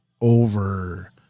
over